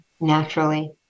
naturally